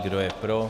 Kdo je pro?